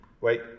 Wait